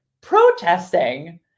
protesting